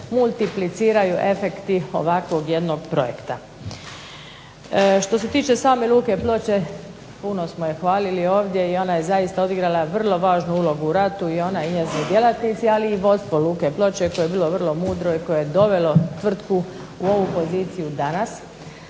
multipliciraju efekti ovakvog jednog projekta. Što se tiče same Luke Ploče, puno smo je hvalili ovdje i ona je zaista odigrala vrlo važnu ulogu u ratu i ona je i njezini djelatnici, ali i vodstvo Luke Ploče koje je bilo vrlo mudro i koje je dovelo tvrtku u ovu poziciju danas